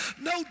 No